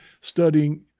studying